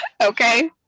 Okay